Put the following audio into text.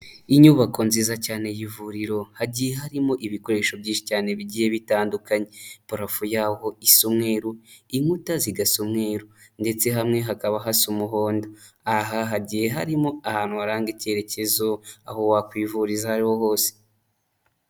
Inyubako nziza cyane y'ivuriro, hagiye harimo ibikoresho byinshi cyane bigiye bitandukanya, parafo yaho isa umweru, inkuta zigasa umweru ndetse hamwe hakaba hasa umuhondo, aha hagiye harimo ahantu haranga icyerekezo aho wakwivuriza aho ari ho hose.